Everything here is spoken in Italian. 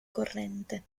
corrente